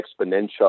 exponential